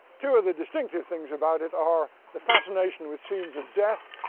two of the distinctive things about it are the fascination with scenes of death,